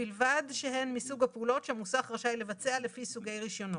"ובלבד שהן מסוג הפעולות שהמוסך רשאי לבצע לפי סוגי רשיונו: